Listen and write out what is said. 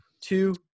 Two